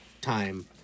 time